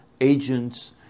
agents